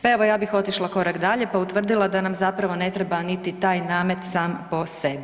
Pa evo ja bih otišla korak dalje pa utvrdila da nam zapravo ne treba niti taj namet sam po sebi.